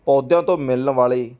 ਪੌਦਿਆਂ ਤੋਂ ਮਿਲਣ ਵਾਲੀ